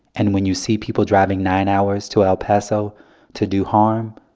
and when you see people driving nine hours to el paso to do harm,